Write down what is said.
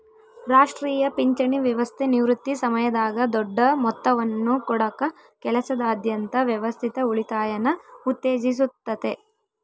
ರಾಷ್ಟ್ರೀಯ ಪಿಂಚಣಿ ವ್ಯವಸ್ಥೆ ನಿವೃತ್ತಿ ಸಮಯದಾಗ ದೊಡ್ಡ ಮೊತ್ತವನ್ನು ಕೊಡಕ ಕೆಲಸದಾದ್ಯಂತ ವ್ಯವಸ್ಥಿತ ಉಳಿತಾಯನ ಉತ್ತೇಜಿಸುತ್ತತೆ